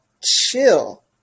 chill